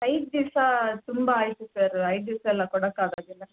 ಐದು ದಿವಸ ತುಂಬ ಆಯಿತು ಸರ್ ಐದು ದಿವಸ ಎಲ್ಲ ಕೊಡಕ್ಕಾಗೋದಿಲ್ಲ